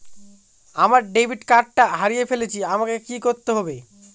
আমার ডেবিট কার্ডটা হারিয়ে ফেলেছি আমাকে কি করতে হবে?